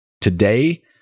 Today